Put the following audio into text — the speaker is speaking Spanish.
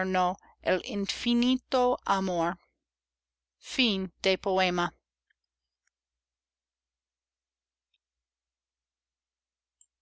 el infinito amor